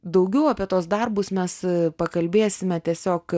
daugiau apie tuos darbus mes pakalbėsime tiesiog